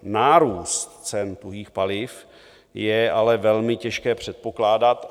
Nárůst cen tuhých paliv je ale velmi těžké předpokládat.